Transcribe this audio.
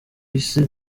isi